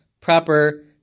proper